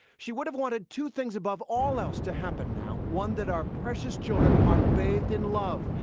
she would have wanted two things above all else to happen now. one, that our precious children are bathed in love.